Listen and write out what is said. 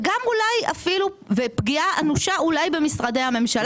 וגם אולי פגיעה אנושה במשרדי הממשלה.